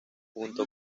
junto